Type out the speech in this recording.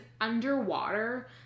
underwater